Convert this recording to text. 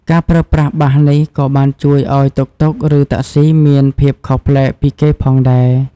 ការប្រើប្រាស់បាសនេះក៏បានជួយឱ្យតុកតុក ឬតាក់ស៊ីមានភាពខុសប្លែកពីគេផងដែរ។